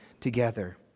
together